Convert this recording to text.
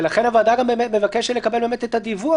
ולכן הוועדה גם מבקשת לקבל את הדיווח,